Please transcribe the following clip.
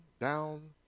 down